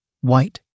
White